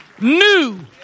new